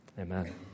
Amen